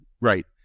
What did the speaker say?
Right